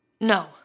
No